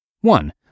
One